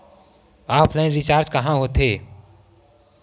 Offline recharge कहां होथे?